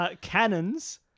Cannons